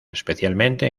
especialmente